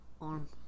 Arm